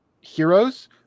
heroes